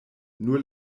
nur